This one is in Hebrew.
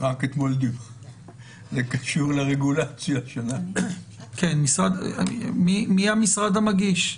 זה קשור לרגולציה --- מי המשרד המגיש?